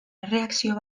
erreakzio